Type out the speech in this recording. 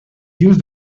used